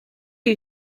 you